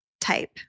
type